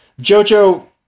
Jojo